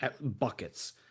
buckets